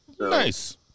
Nice